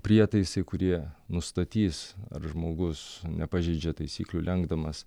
prietaisai kurie nustatys ar žmogus nepažeidžia taisyklių lenkdamas